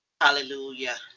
Hallelujah